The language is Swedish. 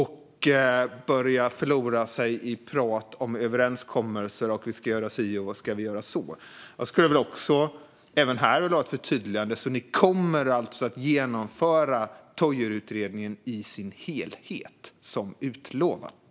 Han började förlora sig i prat om överenskommelser om vad man ska göra si och vad man ska göra så. Jag skulle även här vilja ha ett förtydligande. Ni kommer alltså att genomföra Toijerutredningen i sin helhet, som utlovat?